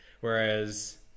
Whereas